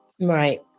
right